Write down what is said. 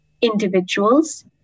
individuals